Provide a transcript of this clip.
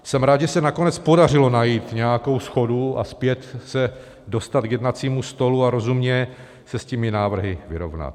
Jsem rád, že se nakonec podařilo najít nějakou shodu, zpět se dostat k jednacímu stolu a rozumně se s těmi návrhy vyrovnat.